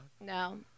No